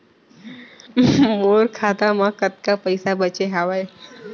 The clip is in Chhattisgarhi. मोर खाता मा कतका पइसा बांचे हवय?